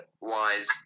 wise